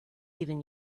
even